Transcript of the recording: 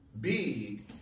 big—